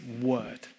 word